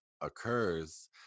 occurs